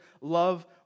love